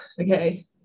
okay